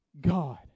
God